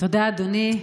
תודה, אדוני.